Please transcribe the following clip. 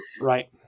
Right